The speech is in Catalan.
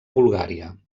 bulgària